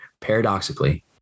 paradoxically